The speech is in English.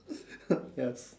yes